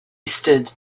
stood